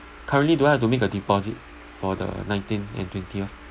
currently do I have to make a deposit for the nineteenth and twentieth